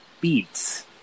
beats